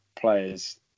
players